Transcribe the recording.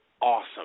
awesome